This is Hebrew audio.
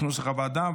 כנוסח הוועדה.